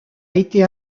été